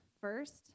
first